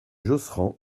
josserand